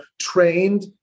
trained